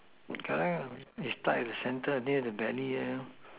okay it start at the center near the Belly there know